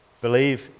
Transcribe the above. Believe